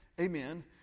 amen